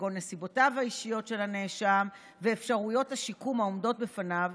כגון נסיבותיו האישיות של הנאשם ואפשרויות השיקום העומדות בפניו,